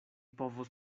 povos